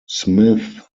smith